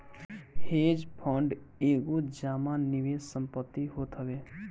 hedge fund एगो जमा निवेश संपत्ति होत हवे